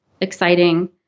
exciting